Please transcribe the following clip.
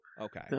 Okay